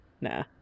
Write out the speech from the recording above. nah